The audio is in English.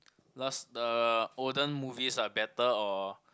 last the olden movies are better or